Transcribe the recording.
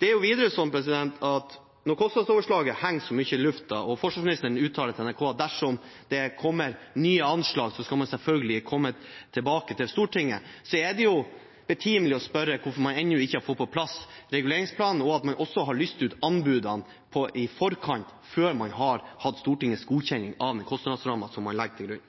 Det er videre slik at når kostnadsoverslaget henger så mye i lufta og forsvarsministeren uttaler til NRK at dersom det kommer nye anslag, skal man selvfølgelig komme tilbake til Stortinget, er det betimelig å spørre hvorfor man ennå ikke har fått på plass reguleringsplanen, og hvorfor man har lyst ut anbudene i forkant, før man har fått Stortingets godkjenning av den kostnadsrammen man legger til grunn.